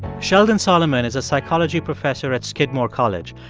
sheldon solomon is a psychology professor at skidmore college.